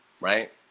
right